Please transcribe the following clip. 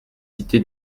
cité